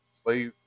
slave